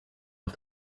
off